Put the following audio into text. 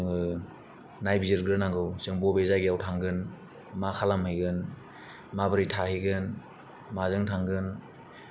जोङो नायबिजिरग्रोनांगौ जों बबे जायगायाव थांगोन मा खालामहैगोन मा बोरै थाहैगोन माजों थांगोन